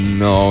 no